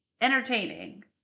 Entertaining